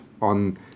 on